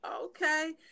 Okay